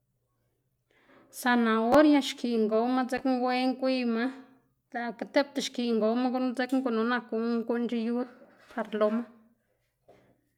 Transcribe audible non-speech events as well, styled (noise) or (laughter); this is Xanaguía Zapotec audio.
(noise) zanahoria xkiꞌn gowma dzekna wen gwiyma lëꞌkga tipta xkiꞌn gowma gunu dzekna gunu nak guꞌn guꞌnnc̲h̲e yud (noise) par loma. (noise)